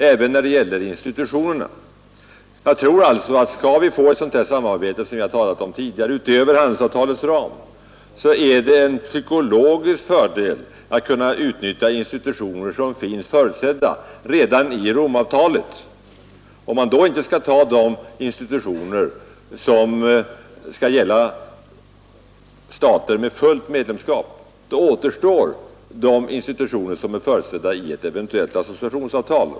Om vi utöver handelsavtalets ram skall få till stånd ett sådant samarbete som vi talat om tidigare, tror jag att det är en psykologisk fördel att kunna utnyttja institutioner som finns förutsedda redan i Romavtalet. Om man då inte kan ta de institutioner som skall gälla stater med fullt medlemskap, återstår de institutioner som är förutsedda för ett eventuellt associationsavtal.